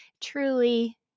truly